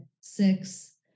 six